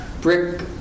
Brick